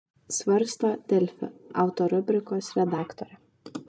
svarsto delfi auto rubrikos redaktorė